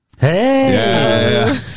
Hey